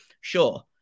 Sure